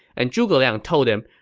and zhuge liang told them,